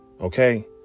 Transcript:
okay